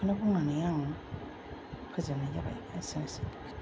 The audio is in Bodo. बेखौनो बुंनानै आं फोजोबनाय जाबाय एसेनोसै